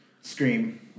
Scream